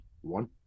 one